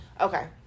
Okay